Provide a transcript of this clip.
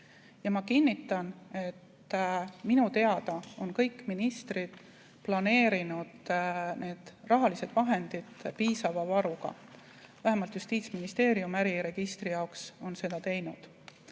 Ma kinnitan, et minu teada on kõik ministrid planeerinud need rahalised vahendid piisava varuga. Vähemalt Justiitsministeerium on äriregistri jaoks seda teinud.